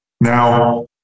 Now